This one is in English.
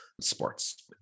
sports